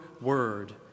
word